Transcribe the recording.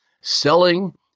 selling